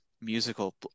musical